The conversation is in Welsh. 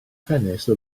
ffenestr